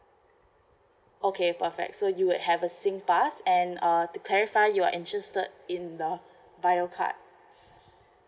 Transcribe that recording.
okay perfect so you would have a singpass and uh to clarify you are interested in the bio card